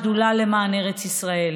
השדולה למען ארץ ישראל.